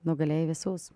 nugalėjai visus